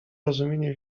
rozumienie